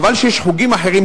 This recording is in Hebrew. חבל שיש חוגים אחרים,